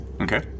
Okay